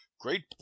great